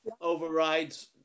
overrides